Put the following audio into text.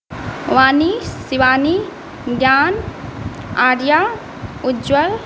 Vani Shivani Gyan Arya Ujjwal